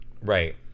Right